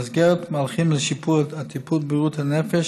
במסגרת מהלכים לשיפור הטיפול בבריאות הנפש